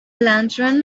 lantern